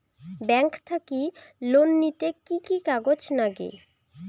Bank থাকি loan নিতে কি কি কাগজ নাগে?